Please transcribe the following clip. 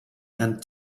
and